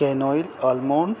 کیینوئل almond